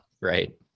Right